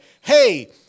hey